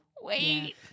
Wait